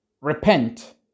Repent